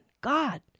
God